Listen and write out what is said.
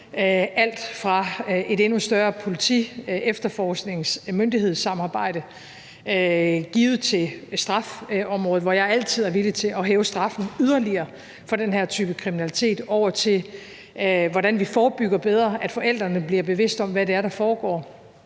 lige fra et endnu større politiefterforsknings- og myndighedssamarbejde over strafområdet, hvor jeg altid er villig til at hæve straffen yderligere for den her type kriminalitet, og til, hvordan vi forebygger bedre og forældrene bliver bevidste om, hvad det er, der foregår.